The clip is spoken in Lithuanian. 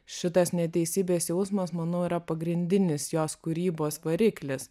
šitas neteisybės jausmas manau yra pagrindinis jos kūrybos variklis